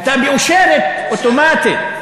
הייתה מאושרת אוטומטית.